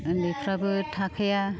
उन्दैफ्राबो थाखाया